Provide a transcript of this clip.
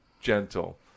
gentle